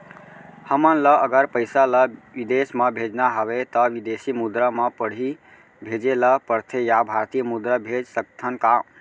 हमन ला अगर पइसा ला विदेश म भेजना हवय त विदेशी मुद्रा म पड़ही भेजे ला पड़थे या भारतीय मुद्रा भेज सकथन का?